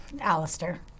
Alistair